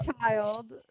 child